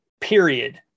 Period